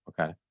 Okay